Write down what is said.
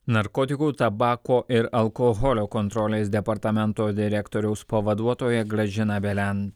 narkotikų tabako ir alkoholio kontrolės departamento direktoriaus pavaduotoja gražina velen